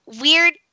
weird